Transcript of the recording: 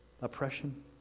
oppression